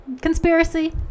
Conspiracy